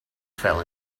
fell